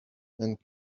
and